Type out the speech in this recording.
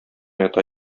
ята